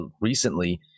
recently